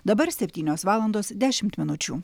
dabar septynios valandos dešimt minučių